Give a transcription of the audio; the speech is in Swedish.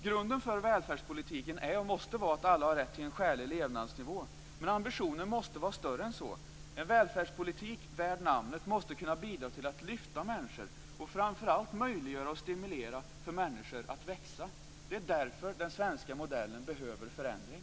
Grunden för välfärdspolitiken är, och måste vara, att alla har rätt till en skälig levnadsnivå. Men ambitionen måste vara större än så. En välfärdspolitik värd namnet måste kunna bidra till att lyfta människor och framför allt möjliggöra för och stimulera människor att växa. Det är därför den svenska modellen behöver en förändring.